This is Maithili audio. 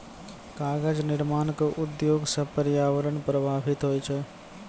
कागज निर्माण क उद्योग सँ पर्यावरण प्रभावित होय छै